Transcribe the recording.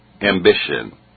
ambition